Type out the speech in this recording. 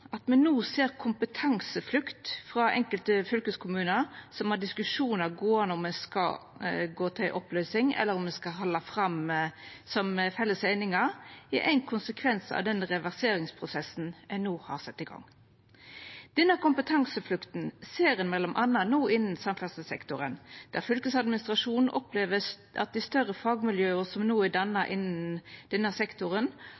At me no ser kompetanseflukt frå enkelte fylkeskommunar som har diskusjonar gåande om ein skal gå til oppløysing eller om ein skal halda fram som felles einingar, er ein konsekvens av den reverseringsprosessen ein no har sett i gang. Denne kompetanseflukta ser ein m.a. innan samferdselssektoren, der fylkesadministrasjonen opplever at dei større fagmiljøa som no er